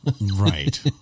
Right